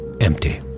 empty